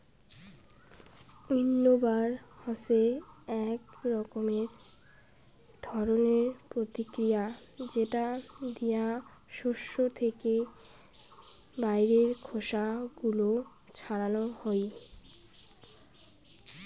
উইন্নবার হসে আক রকমের ধরণের প্রতিক্রিয়া যেটা দিয়া শস্য থেকে বাইরের খোসা গুলো ছাড়ানো হই